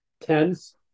tens